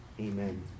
Amen